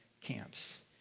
camps